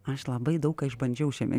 aš labai daug ką išbandžiau šiame